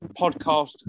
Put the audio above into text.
podcast